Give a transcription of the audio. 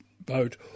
boat